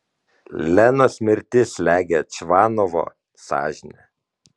lenos mirtis slegia čvanovo sąžinę